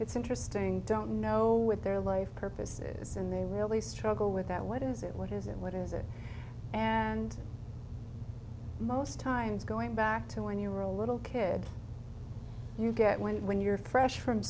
it's interesting don't know with their life purposes and they really struggle with that what is it what is it what is it and most times going back to when you were a little kid you get when when you're fresh from